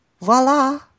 voila